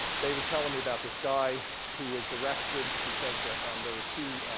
they were telling me about this guy who was arrested because um there were two